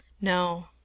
No